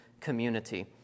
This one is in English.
community